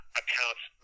accounts